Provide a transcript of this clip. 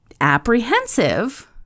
apprehensive